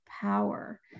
power